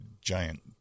giant